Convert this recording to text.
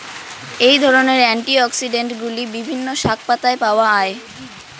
এই ধরনের অ্যান্টিঅক্সিড্যান্টগুলি বিভিন্ন শাকপাতায় পাওয়া য়ায়